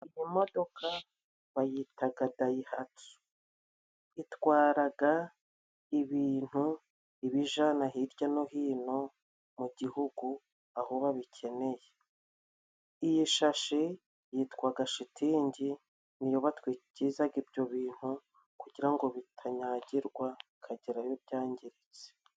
Iyo modoka bayitaga dayihatsu itwaraga ibintu ibijana hirya no hino mu gihugu aho babikeneye. Iyi shashe yitwaga shitingi niyo batwikirizaga ibyo bintu kugira ngo bitanyagirwa bikagerayo byangiritse.